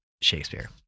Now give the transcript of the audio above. Shakespeare